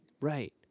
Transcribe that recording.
right